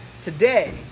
today